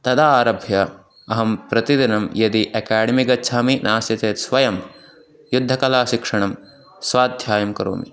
तदा आरभ्य अहं प्रतिदिनं यदि एकाडेमि गच्छामि नास्ति चेत् स्वयं युद्धकलाशिक्षणं स्वाध्यायं करोमि